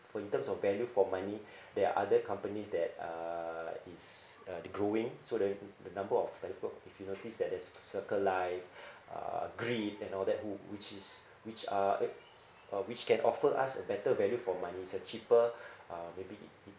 for in terms of value for money there are other companies that uh is they growing so the the number of telco if you notice that there's circle life uh grid and all that wh~ which is which are uh which can offer us a better value for money it's a cheaper uh maybe